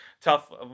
tough